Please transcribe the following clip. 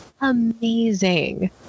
amazing